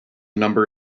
number